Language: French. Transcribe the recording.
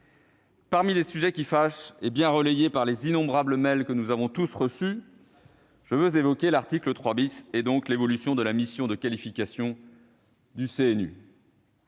Parmi les sujets qui fâchent et bien relayés par les innombrables mails que nous avons tous reçus, je veux évoquer l'article 3 et, donc, l'évolution de la mission de qualification du CNU.